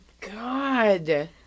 God